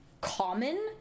common